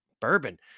bourbon